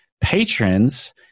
patrons